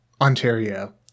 Ontario